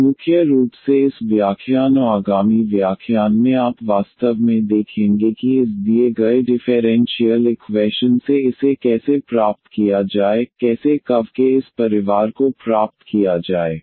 और मुख्य रूप से इस व्याख्यान आगामी व्याख्यान में आप वास्तव में देखेंगे कि इस दिए गए डिफेरेंशीयल इक्वैशन से इसे कैसे प्राप्त किया जाए कैसे कर्व के इस परिवार को प्राप्त किया जाए